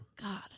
God